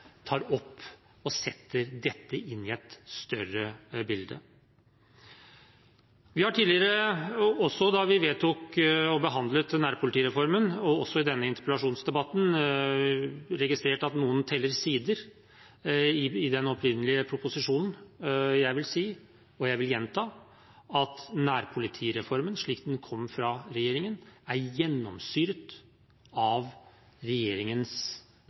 tar opp og setter dette inn i et større bilde. Vi har tidligere – også da vi vedtok og behandlet nærpolitireformen, og også i denne interpellasjonsdebatten – registrert at noen teller sider i den opprinnelige proposisjonen. Jeg vil si, og jeg vil gjenta, at nærpolitireformen, slik den kom fra regjeringen, er gjennomsyret av regjeringens